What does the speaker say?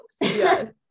Yes